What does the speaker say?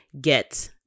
get